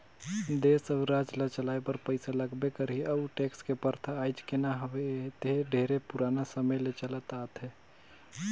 देस अउ राज ल चलाए बर पइसा लगबे करही अउ टेक्स के परथा आयज के न हवे एहर ढेरे पुराना समे ले चलत आथे